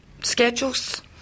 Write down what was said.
schedules